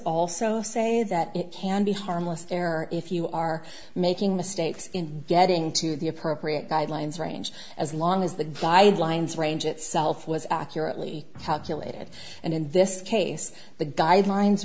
also say that it can be harmless error if you are making mistakes in getting to the appropriate guidelines range as long as the guidelines range itself was accurately calculated and in this case the guidelines